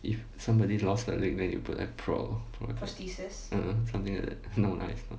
if somebody lost the leg then you put a pro~ pro~ ah ah something like that no lah it's not lah